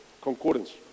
concordance